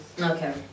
Okay